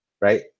right